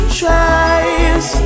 tries